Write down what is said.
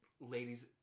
Ladies